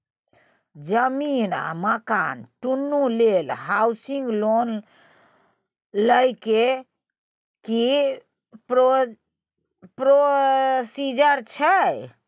जमीन आ मकान दुनू लेल हॉउसिंग लोन लै के की प्रोसीजर छै?